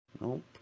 Nope